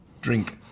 drink.